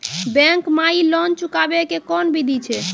Bank माई loan चुकाबे के कोन बिधि छै?